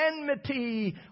enmity